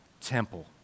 temple